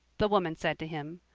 the woman said to him,